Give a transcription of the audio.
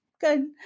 good